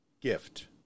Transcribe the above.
gift